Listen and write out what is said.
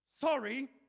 sorry